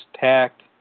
tact